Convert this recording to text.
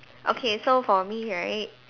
okay so for me right